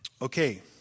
Okay